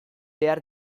behar